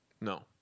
No